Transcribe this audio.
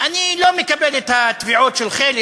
לא מקבל את התביעות של חלק